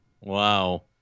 wow